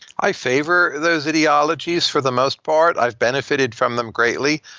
i favor those ideologies for the most part. i've benefited from them greatly.